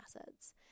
acids